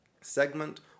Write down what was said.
Segment